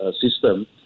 system